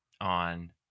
on